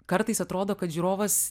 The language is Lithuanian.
kartais atrodo kad žiūrovas